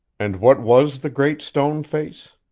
and what was the great stone face?